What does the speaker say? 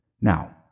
Now